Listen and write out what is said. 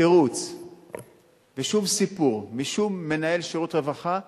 תירוץ ושום סיפור משום מנהל שירות רווחה שאמר: